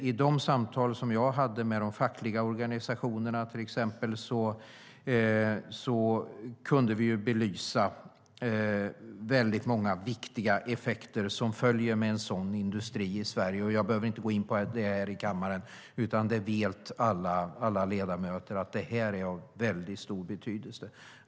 I de samtal jag hade med de fackliga organisationerna kunde vi belysa väldigt många viktiga effekter som följer av en sådan industri i Sverige. Jag behöver inte gå in på det här i kammaren - alla ledamöter vet att detta har väldigt stor betydelse.